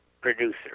producer